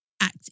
Act